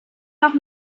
noch